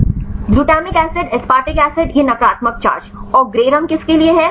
Glutamic acid glutamic acid aspartic acid यह नकारात्मक charge और ग्रे रंग किसके लिए है